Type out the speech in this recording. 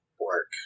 Work